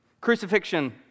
Crucifixion